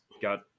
got